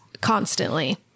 constantly